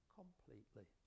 completely